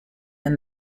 and